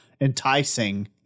enticing